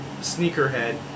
sneakerhead